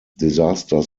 disaster